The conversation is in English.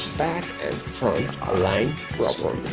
back and front aligned properly.